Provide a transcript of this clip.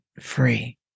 free